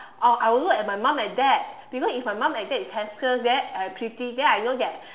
or I would look at my mum and dad because if my mum and dad is handsome then uh pretty then I know that